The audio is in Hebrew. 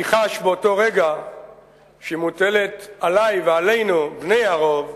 אני חש באותו רגע שמוטלת עלי, ועלינו, בני הרוב,